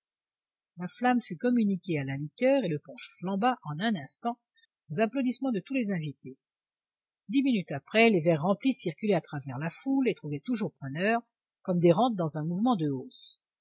la flamme fut communiquée à la liqueur et le punch flamba en un instant aux applaudissements de tous les invités dix minutes après les verres remplis circulaient à travers la foule et trouvaient toujours preneurs comme des rentes dans un mouvement de hausse